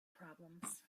problems